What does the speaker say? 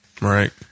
Right